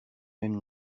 même